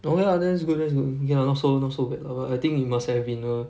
oh ya that's good that's good okay ah not so not so bad lah but I think it must have been a